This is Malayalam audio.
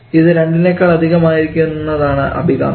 ഇത് 2 നേക്കാൾ അധികം ആയിരിക്കുന്നതാണ് അഭികാമ്യം